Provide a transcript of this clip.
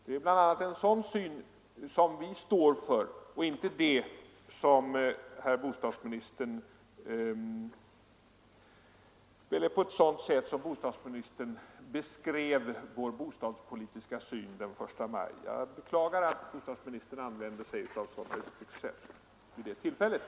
Det är bl.a. en sådan syn som vi står för och inte det som herr bostadsministern påstod då han den första maj beskrev vår bostadspolitiska syn. Jag beklagar än en gång att bostadsministern vid det tillfället använde sig av en sådan beskrivning.